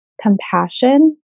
compassion